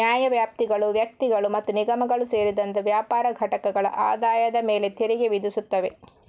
ನ್ಯಾಯವ್ಯಾಪ್ತಿಗಳು ವ್ಯಕ್ತಿಗಳು ಮತ್ತು ನಿಗಮಗಳು ಸೇರಿದಂತೆ ವ್ಯಾಪಾರ ಘಟಕಗಳ ಆದಾಯದ ಮೇಲೆ ತೆರಿಗೆ ವಿಧಿಸುತ್ತವೆ